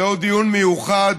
זהו דיון מיוחד